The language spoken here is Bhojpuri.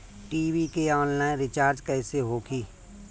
टी.वी के आनलाइन रिचार्ज कैसे होखी?